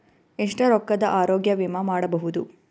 ಎಷ್ಟ ರೊಕ್ಕದ ಆರೋಗ್ಯ ವಿಮಾ ಮಾಡಬಹುದು?